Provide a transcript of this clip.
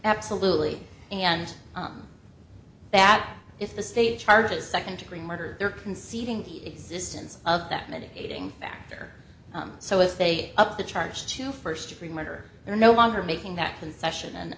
absolutely and that if the state charges second degree murder they're conceding the existence of that mitigating factor so if they upped the charge to first degree murder they're no longer making that confession and